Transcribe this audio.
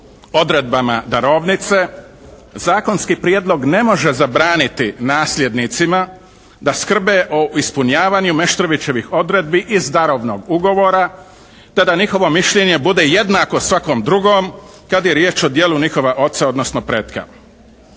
odredbama darovnice, zakonski prijedlog ne može zabraniti nasljednicima da skrbe o ispunjavanju Meštrovićevih odredbi iz darovnog ugovora te da njihovo mišljenje bude jednako svakom drugom kada je riječ o djelu njihova oca, odnosno pretka.